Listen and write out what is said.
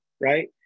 right